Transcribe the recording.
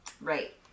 Right